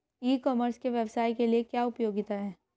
ई commerce के व्यवसाय के लिए क्या उपयोगिता है?